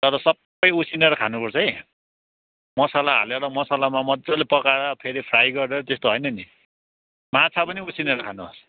तर सबै उसिनेर खानुपर्छ है मसाला हालेर मसालामा मज्जाले पकाएर फेरि फ्राई गरेर त्यस्तो होइन नि माछा पनि उसिनेर खानुहोस्